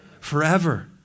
Forever